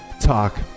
talk